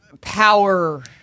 power